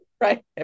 Right